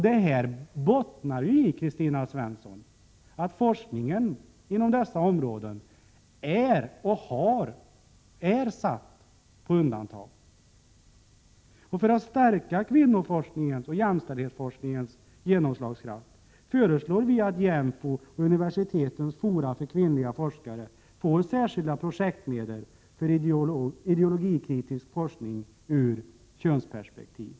Detta bottnar i, Kristina Svensson, att forskningen inom dessa områden är satt på undantag. För att stärka kvinnoforskningens och jämställdhetsforskningens genomslagskraft föreslår vi att JÄMFO och universitetens fora för kvinnliga forskare får särskilda projektmedel för ideologikritisk forskning ur könsperspektiv.